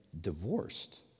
divorced